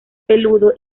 peludo